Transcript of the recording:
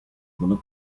bunu